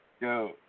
go